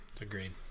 agreed